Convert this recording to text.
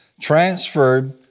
transferred